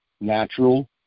natural